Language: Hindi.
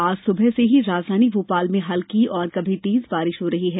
आज सुबह से ही राजधानी भोपाल में हल्की और कभी तेज बारिश हो रही है